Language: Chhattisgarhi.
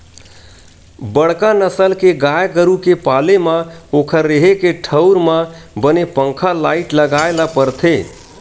बड़का नसल के गाय गरू के पाले म ओखर रेहे के ठउर म बने पंखा, लाईट लगाए ल परथे